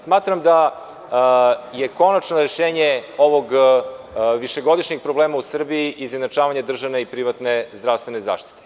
Smatram da je konačno rešenje ovog višegodišnjeg problema u Srbiji izjednačavanje državne i privatne zaštite.